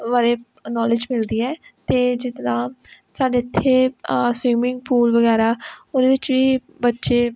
ਬਾਰੇ ਨੌਲੇਜ ਮਿਲਦੀ ਹੈ ਅਤੇ ਜਿਸ ਤਰ੍ਹਾਂ ਸਾਡੇ ਇੱਥੇ ਸਵਿਮਿੰਗ ਪੂਲ ਵਗੈਰਾ ਉਹਦੇ ਵਿੱਚ ਵੀ ਬੱਚੇ